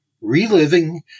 Reliving